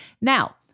Now